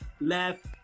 left